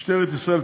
משטרת ישראל,